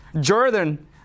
Jordan